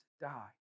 die